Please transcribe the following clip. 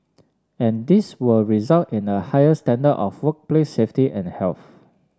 and this will result in a higher standard of full play safety and health